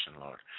Lord